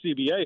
CBA